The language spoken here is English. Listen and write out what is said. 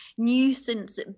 Nuisance